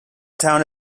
town